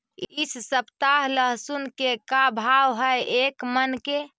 इ सप्ताह लहसुन के का भाव है एक मन के?